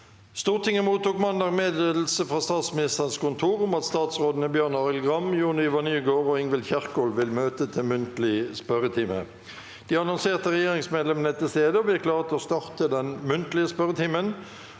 Stortinget mottok mandag meddelelse fra Statsministerens kontor om at statsrådene Bjørn Arild Gram, Jon-Ivar Nygård og Ingvild Kjerkol vil møte til muntlig spørretime. De annonserte regjeringsmedlemmene er til stede, og vi er klare til å starte den muntlige spørretimen.